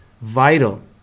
vital